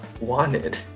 wanted